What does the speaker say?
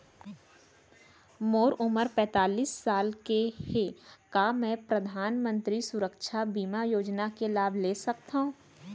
मोर उमर पैंतालीस साल हे का मैं परधानमंतरी सुरक्षा बीमा योजना के लाभ ले सकथव?